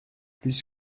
plus